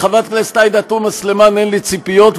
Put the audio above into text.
מחברת הכנסת עאידה תומא סלימאן אין לי ציפיות,